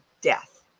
death